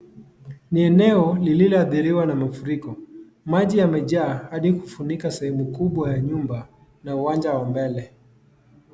Ni eneo lililoathiriwa na mafuriko. Maji yamejaa hadi kufunika sehemu kubwa ya nyumba na uwanja wa mbele.